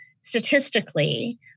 statistically